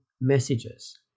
messages